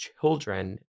children